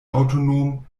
autonom